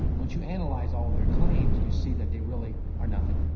once you analyze all their claims, you see that they really are nothing.